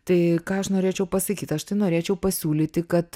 tai ką aš norėčiau pasakyt aš tai norėčiau pasiūlyti kad